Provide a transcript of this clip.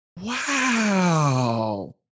wow